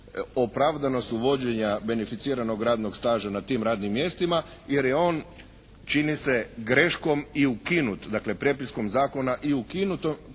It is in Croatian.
opravdanost uvođenja beneficiranog radnog staža na tim radnim mjestima jer je on čini se greškom i ukinut, dakle prepiskom zakona i ukinuto